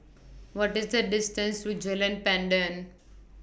What IS The distance to Jalan Pandan